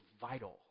vital